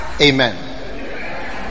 Amen